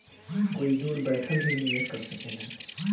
कोई दूर बैठल भी निवेश कर सकेला